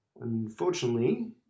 Unfortunately